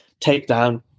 takedown